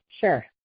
Sure